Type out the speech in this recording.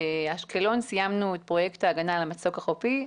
באשקלון סיימנו את פרויקט ההגנה על המצוק החופי,